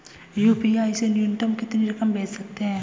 UPI से न्यूनतम कितनी रकम भेज सकते हैं?